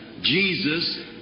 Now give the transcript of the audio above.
Jesus